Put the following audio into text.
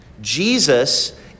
Jesus